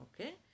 Okay